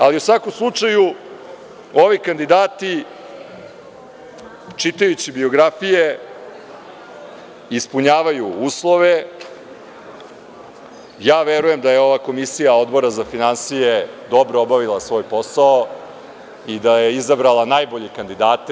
Ali, u svakom slučaju ovi kandidati čitajući biografije ispunjavaju uslove, ja verujem da je ova komisija Odbora za finansije dobro obavila svoj posao i da je izabrala najbolje kandidate.